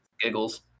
giggles